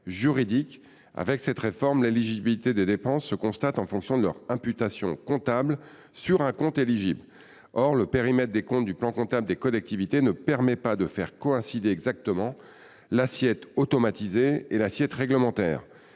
de cette réforme, l’éligibilité des dépenses se constate en fonction de leur imputation comptable sur un compte éligible. Or le périmètre des comptes du plan comptable des collectivités ne permet pas de faire coïncider exactement l’assiette automatisée et l’assiette réglementaire.